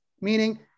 meaning